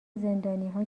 زندانیها